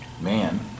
man